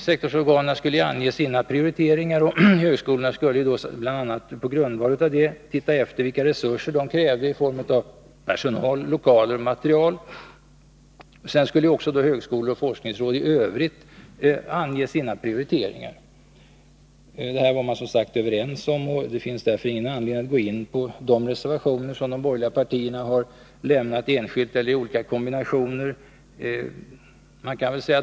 Sektorsorganen skulle ange sina prioriteringar, och högskolorna skulle bl.a. på grundval av det se efter, vilka resurser de behövde i form av personal, lokaler och material. Sedan skulle högskolor och forskningsråd också i övrigt ange sina prioriteringar. Det här var man som sagt överens om, och det finns därför ingen anledning att gå in på de reservationer som de borgerliga partierna har lämnat enskilt eller i olika kombinationer.